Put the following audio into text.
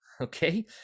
okay